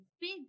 big